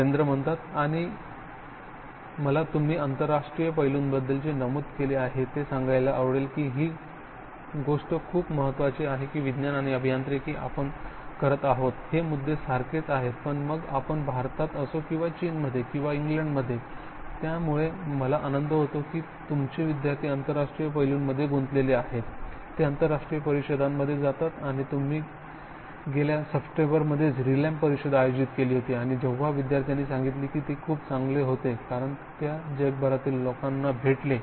सुरेंद्र आणि मला तुम्ही आंतरराष्ट्रीय पैलूंबद्दल जे नमूद केले आहे ते सांगायला आवडेल ही गोष्ट खूप महत्त्वाची आहे की विज्ञान आणि अभियांत्रिकी आपण करत आहोत हे मुद्दे सारखेच आहेत मग आपण भारतात असो किंवा चीनमध्ये किंवा इंग्लंडमध्ये आणि त्यामुळे मला आनंद होत आहे की तुमचे विद्यार्थी आंतरराष्ट्रीय पैलूंमध्ये गुंतलेले आहेत ते आंतरराष्ट्रीय परिषदांमध्ये जातात आणि तुम्ही गेल्या सप्टेंबरमध्येच रिलेम परिषद आयोजित केली होती आणि जेव्हा विद्यार्थ्याने सांगितले की ते खूप चांगले होते कारण ते त्यात जगभरातील लोकांना भेटले